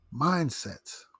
Mindsets